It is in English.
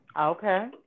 Okay